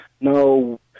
no